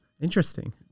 Interesting